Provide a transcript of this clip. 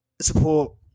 support